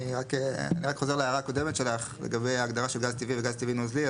אני רק חוזר להערה הקודמת שלך לגבי ההגדרה של גז טבעי וגז טבעי נוזלי.